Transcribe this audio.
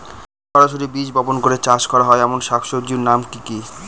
সরাসরি বীজ বপন করে চাষ করা হয় এমন শাকসবজির নাম কি কী?